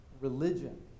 religion